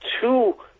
two